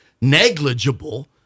Negligible